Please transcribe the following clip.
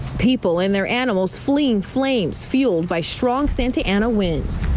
people in their animals fleeing flames fueled by strong santa ana winds.